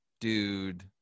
dude